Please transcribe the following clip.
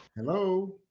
Hello